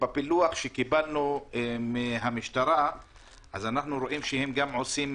בפילוח שקיבלנו מהמשטרה אנחנו רואים שהם עושים